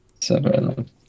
Seven